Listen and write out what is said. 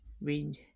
read